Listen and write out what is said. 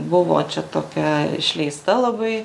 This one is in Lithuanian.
buvo čia tokia išleista labai